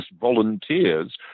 volunteers